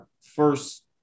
first